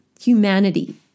humanity